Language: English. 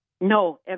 No